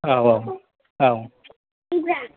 औ औ औ